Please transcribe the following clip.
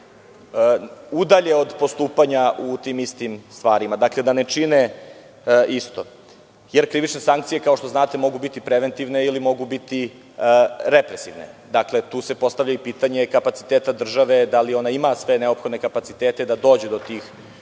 udalje od postupanja u tim istim stvarima. Dakle, da ne čine isto, jer krivične sankcije, kao što znate, mogu biti preventivne, ili mogu biti represivne. Dakle, tu se postavlja i pitanje kapaciteta države, da li ona ima sve neophodne kapacitete da dođe do tih učinioca